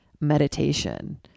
meditation